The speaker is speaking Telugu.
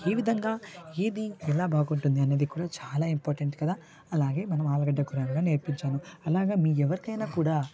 ఈ విధంగా ఇది ఎలా బాగుంటుంది అనేది కూడా చాలా ఇంపార్టెంట్ కదా అలాగే మనం ఆలుగడ్డ కూడా నేర్పించాను అలాగ మీకు ఎవరికైనా కూడా